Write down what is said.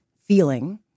feeling